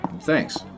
Thanks